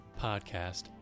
podcast